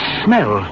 smell